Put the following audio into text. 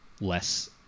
less